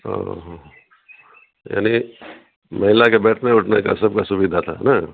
ہاں ہاں ہاں یعنی مہیلا کے بیٹھنے اٹھنے کا سب کا سویدھا تھا ہے نا